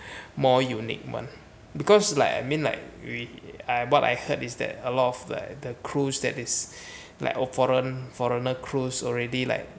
more unique one because like I mean like what I heard is that a lot of like the crews that is like err foreign foreigner crews already like